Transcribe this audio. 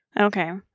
Okay